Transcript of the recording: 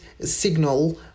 signal